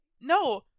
no